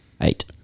eight